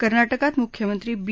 कर्नाटकात मुख्यमंत्री बी